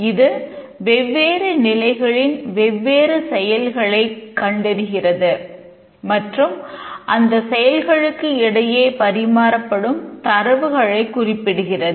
இது வெவ்வேறு நிலைகளின் வெவ்வேறு செயல்களைக் கண்டறிகிறது மற்றும் அந்த செயல்களுக்கு இடையே பரிமாறப்படும் தரவுகளைக் குறிப்பிடுகிறது